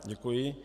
Děkuji.